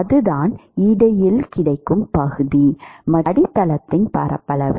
அதுதான் இடையில் கிடைக்கும் பகுதி மற்றும் அடித்தளத்தின் பரப்பளவு